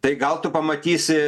tai gal tu pamatysi